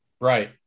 Right